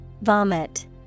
Vomit